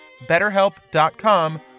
betterhelp.com